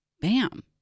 Bam